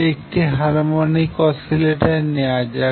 একটি harmonic oscillator নেওয়া যাক